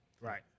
right